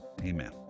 amen